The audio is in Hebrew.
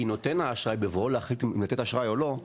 כי נותן האשראי בבואו להחליט אם לתת אשראי או לא,